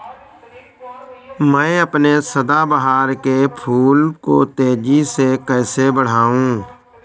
मैं अपने सदाबहार के फूल को तेजी से कैसे बढाऊं?